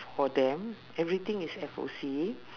for them everything is F_O_C